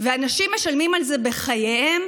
ואנשים משלמים על זה בחייהם.